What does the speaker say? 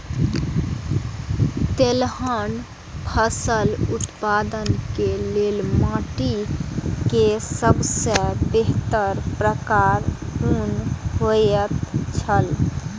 तेलहन फसल उत्पादन के लेल माटी के सबसे बेहतर प्रकार कुन होएत छल?